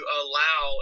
allow